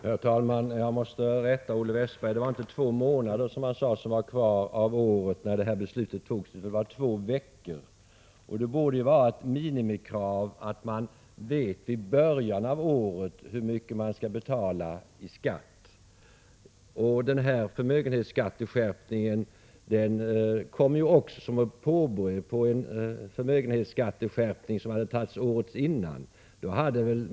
Herr talman! Jag måste rätta Olle Westberg. Det var inte, som han sade, två månader som kvarstod av året när detta beslut fattades, utan det var två veckor. Det borde ju vara ett minimikrav att man i början av året vet hur mycket man skall betala i skatt. Den här förmögenhetsskatteskärpningen kom ju dessutom som påbröd på en förmögenhetsskatteskärpning som hade beslutats året dessförinnan.